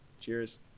Cheers